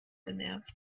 genervt